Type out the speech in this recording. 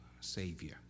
savior